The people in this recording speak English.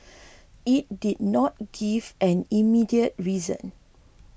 it did not give an immediate reason